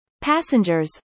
Passengers